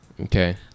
Okay